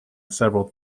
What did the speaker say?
several